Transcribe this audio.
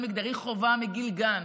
שוויון מגדרי חובה מגיל גן.